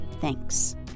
Thanks